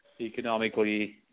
economically